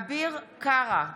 אביר קארה,